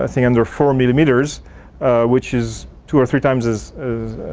ah think under four millimeters which is two or three times as